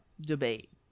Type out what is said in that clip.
debate